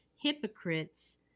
hypocrites